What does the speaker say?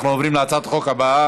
אנחנו עוברים להצעת החוק הבאה: